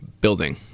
building